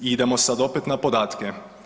Idemo sad opet na podatke.